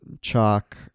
chalk